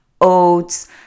oats